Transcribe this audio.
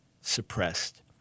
suppressed